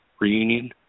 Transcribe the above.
reunion